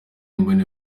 mbona